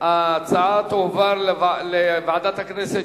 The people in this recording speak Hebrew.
ההצעה תועבר לוועדת הכנסת,